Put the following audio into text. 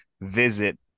visit